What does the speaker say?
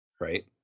right